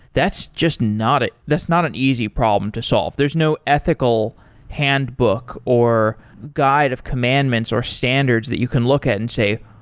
that's just not that's not an easy problem to solve. there's no ethical handbook or guide of commandments or standards that you can look at and say,